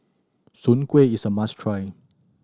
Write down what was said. Soon Kueh is a must try